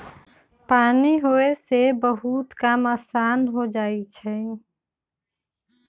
पानी होय से बहुते काम असान हो जाई छई